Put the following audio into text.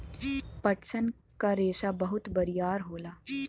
पटसन क रेसा बहुत बरियार होला